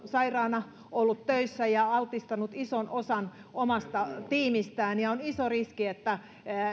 sairaana ollut töissä ja altistanut ison osan omasta tiimistään ja on iso riski että